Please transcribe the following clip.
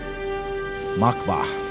Makba